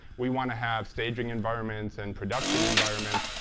we want to have staging environments and production environments.